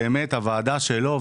באמת הוועדה שלו,